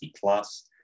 plus